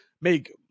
make